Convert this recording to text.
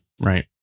right